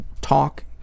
talk